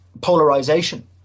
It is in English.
polarization